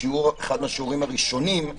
אחד מהשיעורים הראשונים הוא